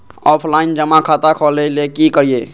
Offline जमा खाता खोले ले की करिए?